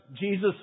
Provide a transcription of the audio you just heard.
Jesus